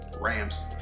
Rams